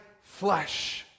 flesh